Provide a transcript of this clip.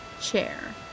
chair